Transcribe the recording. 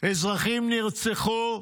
אזרחים נרצחו,